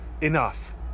enough